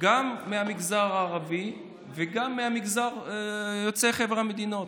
גם מהמגזר הערבי וגם יוצאי חבר המדינות.